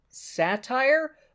satire